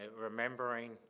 remembering